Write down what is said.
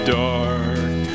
dark